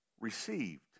received